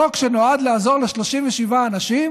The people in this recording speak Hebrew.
חוק שנועד לעזור ל-37 אנשים